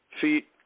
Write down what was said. feet